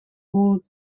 would